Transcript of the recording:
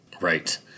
Right